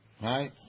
Right